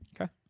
Okay